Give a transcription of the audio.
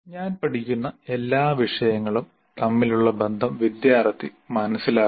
താൻ പഠിക്കുന്ന എല്ലാ വിഷയങ്ങളും തമ്മിലുള്ള ബന്ധം വിദ്യാർത്ഥി മനസ്സിലാക്കുന്നു